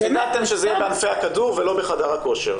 אז חידדתם שזה יהיה בענפי הכדור ולא בחדר הכושר,